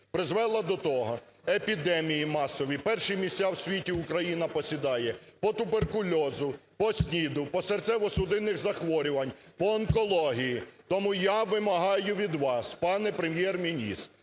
призвела до того… епідемії масові. Перші місця в світі Україна посідає по туберкульозу, по СНІДу, по серцево-судинних захворюваннях, по онкології. Тому я вимагаю від вас, пане Прем'єр-міністре,